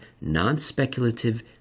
non-speculative